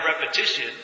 repetition